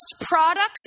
products